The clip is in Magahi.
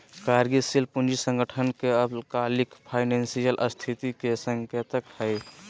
कार्यशील पूंजी संगठन के अल्पकालिक फाइनेंशियल स्थिति के संकेतक हइ